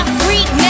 freak